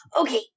Okay